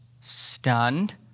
stunned